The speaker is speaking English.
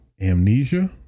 amnesia